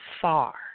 far